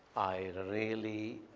i really.